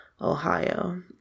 Ohio